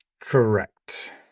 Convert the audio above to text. Correct